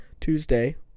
Tuesday